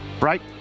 right